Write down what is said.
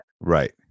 right